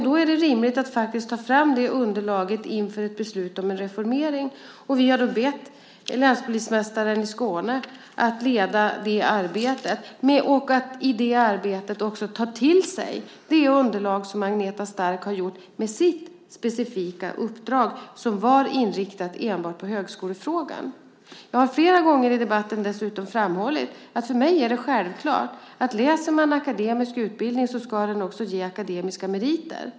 Då är det rimligt att faktiskt ta fram det underlaget inför ett beslut om en reformering. Vi har bett länspolismästaren i Skåne att leda det arbetet och att i detta arbete också ta till sig det underlag som Agneta Stark har gjort med sitt specifika uppdrag, som var inriktat enbart på högskolefrågan. Jag har flera gånger i debatten dessutom framhållit att det för mig är självklart att genomgår man en akademisk utbildning ska den också ge akademiska meriter.